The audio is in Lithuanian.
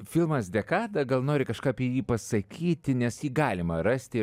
filmas dekada gal nori kažką apie jį pasakyti nes jį galima rasti